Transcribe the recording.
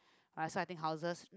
ah so I think houses